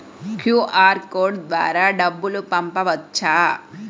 QR code ద్వారా డబ్బులు పంపవచ్చా?